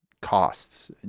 costs